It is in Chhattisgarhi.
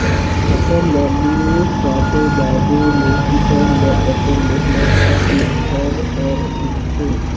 फसल ल लूए काटे बादे मे किसान ल अपन मेहनत के फर हर दिखथे